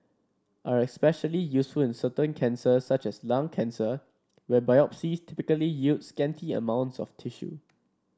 are especially useful in certain cancers such as lung cancer where biopsies typically yield scanty amount of tissue